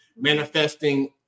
manifesting